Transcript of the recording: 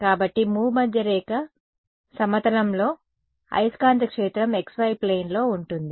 కాబట్టి భూమధ్యరేఖ సమతలంలో అయస్కాంత క్షేత్రం xy ప్లేన్ లో ఉంటుంది